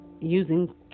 using